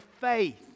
faith